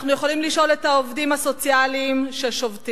אנחנו יכולים לשאול את העובדים הסוציאליים ששובתים